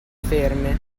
ferme